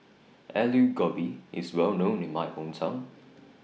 Alu Gobi IS Well known in My Hometown